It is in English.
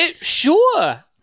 sure